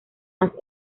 más